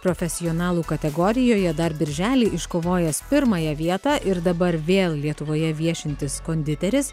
profesionalų kategorijoje dar birželį iškovojęs pirmąją vietą ir dabar vėl lietuvoje viešintis konditeris